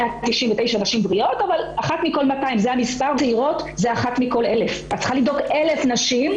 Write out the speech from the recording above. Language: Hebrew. צעירות זה אחת מכל 1,000. את צריכה לבדוק 1,000 נשים,